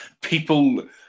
people